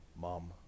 Mom